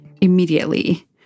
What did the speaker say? immediately